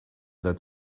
that